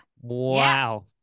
Wow